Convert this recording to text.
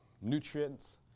nutrients